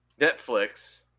Netflix